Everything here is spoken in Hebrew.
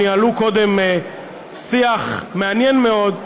ניהלו קודם שיח מעניין מאוד,